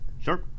Sure